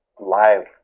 Live